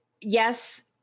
Yes